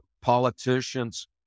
politicians